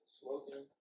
smoking